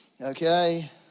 okay